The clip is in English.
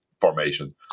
formation